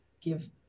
give